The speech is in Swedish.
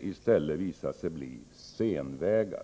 i stället håller på att bli senvägar.